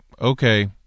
okay